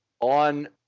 on